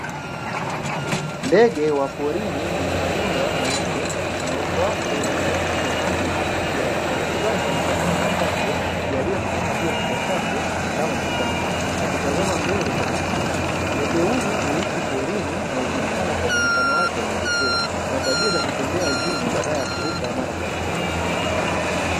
Ndege wa porini mwenye manyoya meupe na uso wake wenye rangi nyekundu inayofifia, na kichwani ana manyoya machache yaliyosimama juu ya kichwa chake kama mapambo; akitazama mbele kwa makini. Ndege huyu huishi porini na hujulikana kwa muonekano wake wa kipekee na tabia ya kutembea ardhini baadala ya kuruka mara kwa mara.